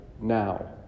now